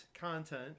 content